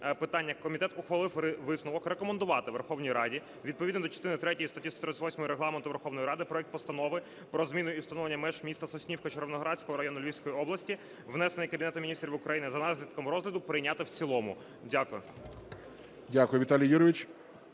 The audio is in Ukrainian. комітет ухвалив висновок рекомендувати Верховній Раді, відповідно до частини третьої статті 138 Регламенту Верховної Ради, проект постанови про зміну і встановлення меж міста Соснівки Червоноградського району Львівської області (внесений Кабінетом Міністрів України) за наслідком розгляду прийняти в цілому. Дякую.